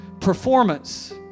performance